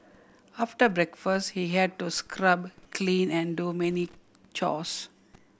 after breakfast he had to scrub clean and do many chores